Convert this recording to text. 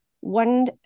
one